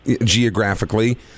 geographically